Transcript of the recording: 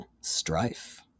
Strife